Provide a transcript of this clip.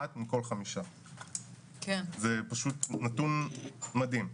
אחד מכל 5. זה נתון מדהים.